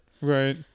Right